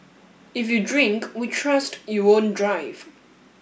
if you drink we trust you won't drive